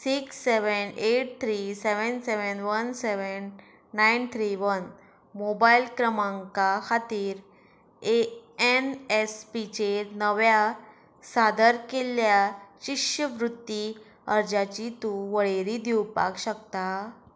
six seven eight three seven seven one seven nine three one mobile क्रमांका खातीर ए एनएसपीचेर नव्या सादर केल्ल्या शिश्यवृत्ती अर्जाची तूं वळेरी दिवपाक शकता